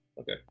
Okay